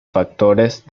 factores